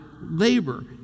labor